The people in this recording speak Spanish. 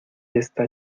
esta